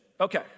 Okay